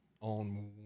on